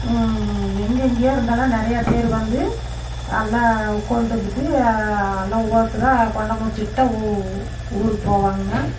எங்கெங்கேயோ இருந்தெல்லாம் நிறையா பேர் வந்து நல்லா உட்காண்டு இருந்துட்டு எல்லாம் ஒவ்வொருத்தராக குண்டம் மிதிச்சிட்தான் ஊ ஊருக்கு போவாங்க